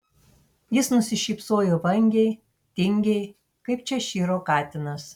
jis nusišypsojo vangiai tingiai kaip češyro katinas